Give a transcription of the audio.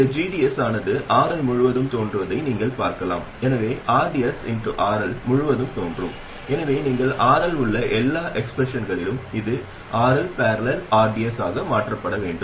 இந்த g d s ஆனது RL முழுவதும் தோன்றுவதை நீங்கள் பார்க்கலாம் எனவே rds RL முழுவதும் தோன்றும் எனவே நீங்கள் RL உள்ள எல்லா எக்ஸ்ப்ரெஷன்களிலும் இது RL || rds ஆக மாற்றப்பட வேண்டும்